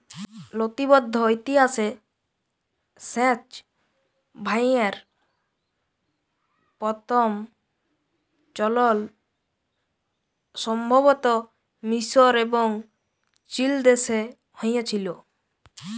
লতিবদ্ধ ইতিহাসে সেঁচ ভাঁয়রের পথম চলল সম্ভবত মিসর এবং চিলদেশে হঁয়েছিল